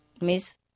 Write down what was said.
miss